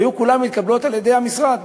היו כולן מתקבלות על-ידי המשרד,